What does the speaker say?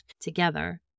together